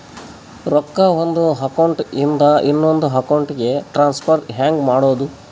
ರೊಕ್ಕ ಒಂದು ಅಕೌಂಟ್ ಇಂದ ಇನ್ನೊಂದು ಅಕೌಂಟಿಗೆ ಟ್ರಾನ್ಸ್ಫರ್ ಹೆಂಗ್ ಮಾಡೋದು?